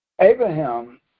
Abraham